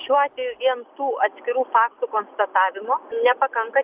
šiuo atveju vien tų atskirų faktų konstatavimo nepakanka teismui